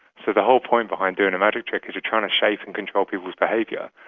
so the whole point behind doing a magic trick is you're trying to shape and control people's behaviour.